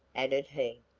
added he.